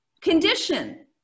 condition